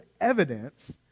evidence